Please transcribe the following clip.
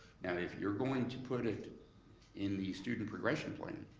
now, if you're going to put it in the student progression plan,